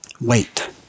Wait